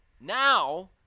now